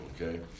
Okay